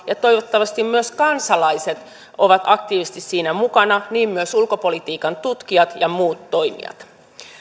ja toivottavasti myös kansalaiset ovat aktiivisesti siinä mukana niin myös ulkopolitiikan tutkijat ja muut toimijat